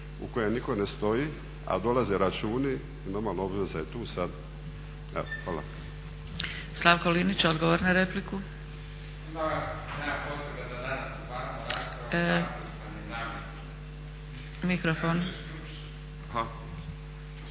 Slavko Linić, odgovor na repliku.